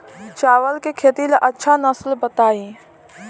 चावल के खेती ला अच्छा नस्ल बताई?